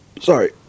Sorry